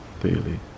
daily